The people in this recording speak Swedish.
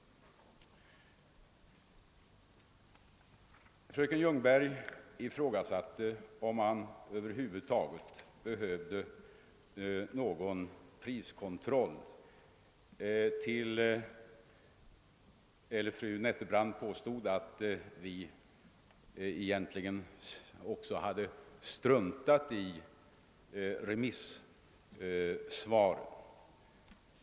Fröken Ljungberg ifrågasatte om någon priskontroll över huvud taget behövs, medan fru Nettelbrandt påstod att vi också hade nonchalerat remissyttranden.